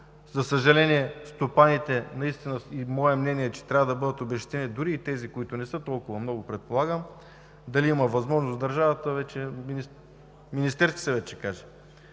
За съжаление, стопаните наистина и по мое мнение трябва да бъдат обезщетени, дори и тези, които не са толкова много, предполагам. А дали има възможност държавата – Министерският съвет ще каже.